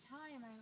time